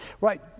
right